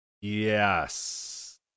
Yes